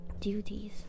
duties